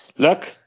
Look